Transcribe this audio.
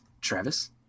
Travis